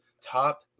top